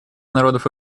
народов